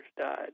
died